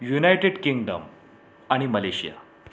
United Kingdom आणि Malaysia